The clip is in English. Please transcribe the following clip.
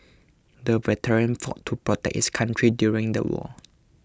the veteran fought to protect his country during the war